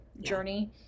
journey